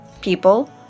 people